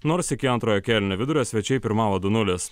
nors iki antrojo kėlinio vidurio svečiai pirmavo du nulis